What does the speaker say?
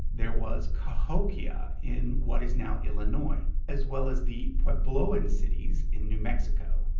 there was cahokia in what is now illinois as well as the puebloan cities in new mexico.